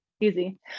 Easy